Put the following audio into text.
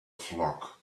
flock